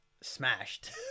smashed